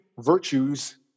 virtues